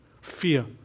fear